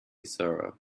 sorrow